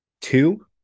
Two